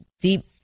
deep